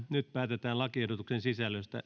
nyt päätetään lakiehdotuksen sisällöstä